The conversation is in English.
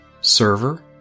server